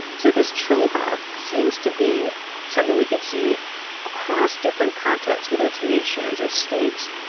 so this trade-off seems to be something we can see across different contexts, whether its nations or states,